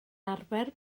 arfer